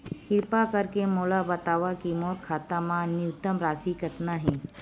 किरपा करके मोला बतावव कि मोर खाता मा न्यूनतम राशि कतना हे